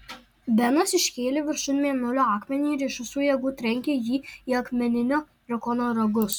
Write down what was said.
benas iškėlė viršun mėnulio akmenį ir iš visų jėgų trenkė jį į akmeninio drakono ragus